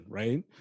right